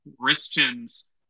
Christians